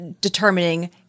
determining